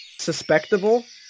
Suspectable